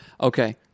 Okay